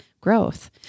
growth